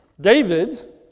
David